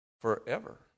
Forever